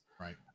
Right